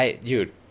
Dude